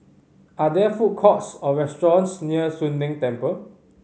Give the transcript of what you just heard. are there food courts or restaurants near Soon Leng Temple